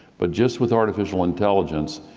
but just with artificial intelligence,